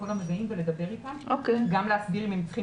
לכל המגעים ולדבר אתם וגם להבין אם הם צריכים